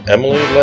Emily